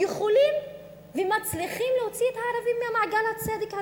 יכולים ומצליחים להוציא את הערבים ממעגל הצדק הזה.